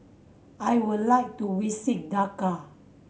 I would like to visit Dakar